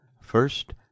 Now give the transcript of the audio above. First